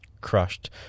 crushed